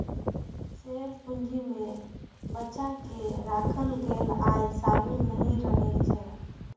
share पूंजी मे बचा कें राखल गेल आय शामिल नहि रहै छै